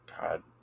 God